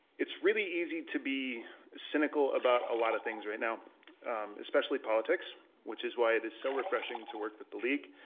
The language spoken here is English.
it's really easy to be cynical about a lot of things right now especially politics which is why it is so refreshing to work with the league.